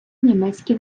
німецькі